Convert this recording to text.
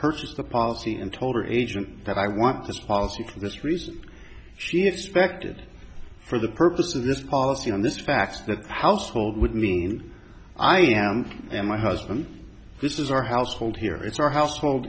purchase the policy and told her agent that i want this policy for this reason she expected for the purpose of this policy on this fax that household would mean i am and my husband this is our household here it's our household